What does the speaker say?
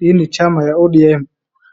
Hii ni chama ya ODM,